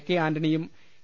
കെആന്റണിയും A